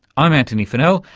i'm antony funnell,